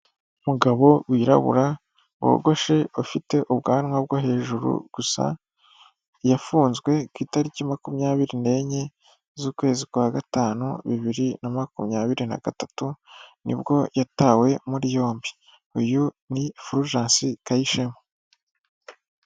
Umugabo wirabura wogoshe ufite ubwanwa bwo hejuru gusa yafunzwe ku itariki makumyabiri nenye z'ukwezi kwa gatanu bibiri na makumyabiri na gatatu nibwo yatawe muri yombi. Uyu ni Fulujansi KAYISHEMA.